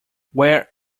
where